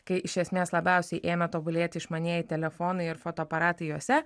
kai iš esmės labiausiai ėmė tobulėti išmanieji telefonai ir fotoaparatai juose